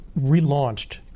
relaunched